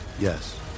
Yes